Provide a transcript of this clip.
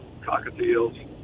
cockatiels